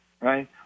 right